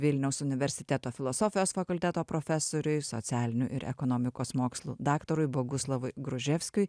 vilniaus universiteto filosofijos fakulteto profesoriui socialinių ir ekonomikos mokslų daktarui boguslavui gruževskiui